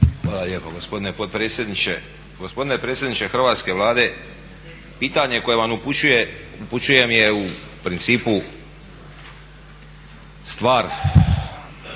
Hvala lijepo gospodine potpredsjedniče. Gospodine predsjedniče Hrvatske Vlade, pitanje koje vam upućujem je u principu stvar,